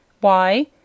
Why